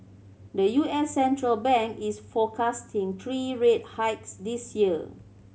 the U S central bank is forecasting three rate hikes this year